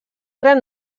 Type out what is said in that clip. gran